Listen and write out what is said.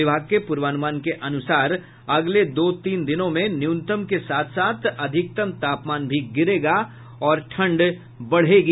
विभाग के पूर्वानुमान के अनुसार अगले दो तीन दिनों में न्यूनतम के साथ अधिकतम तापमान भी गिरेगा और ठंड बढ़ेगी